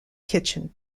kitchen